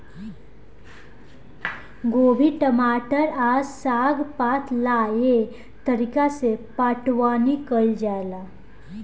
गोभी, टमाटर आ साग पात ला एह तरीका से पटाउनी कईल जाला